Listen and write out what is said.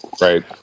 Right